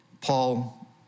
Paul